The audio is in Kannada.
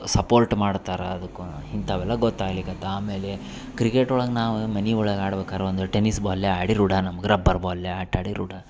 ಸಪೋರ್ಟ್ ಮಾಡ್ತಾರ ಅದಕ್ಕೂ ಇಂಥವೆಲ್ಲ ಗೊತ್ತಾಗ್ಲಿಕತ್ತು ಆಮೇಲೆ ಕ್ರಿಕೆಟ್ ಒಳಗೆ ನಾವು ಮನೆ ಒಳಗೆ ಆಡ್ಬೇಕಾದ್ರೆ ಒಂದು ಟೆನ್ನಿಸ್ ಬಾಲೆ ಆಡಿ ರೂಢಿ ನಮ್ಗೆ ರಬ್ಬರ್ ಬಾಲ್ಲ್ಯ ಆಟ ಆಡಿ ರೂಢಿ